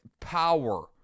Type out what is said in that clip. power